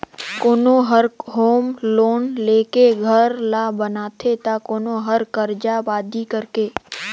कोनो हर home loan लेके घर ल बनाथे त कोनो हर करजा बादी करके